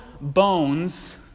bones